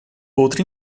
outro